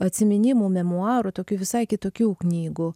atsiminimų memuarų tokių visai kitokių knygų